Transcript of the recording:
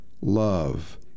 love